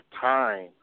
time